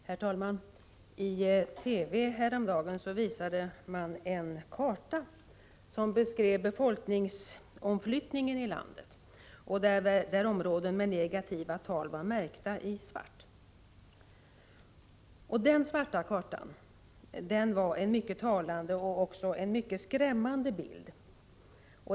Herr talman! I TV visade man häromdagen en karta som beskrev befolkningsomflyttningen i landet och på vilken områden med negativa tal var utmärkta i svart. Denna svarta del av kartan var en mycket talande och också mycket skrämmande bild.